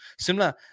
Similar